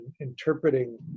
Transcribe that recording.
interpreting